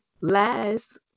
last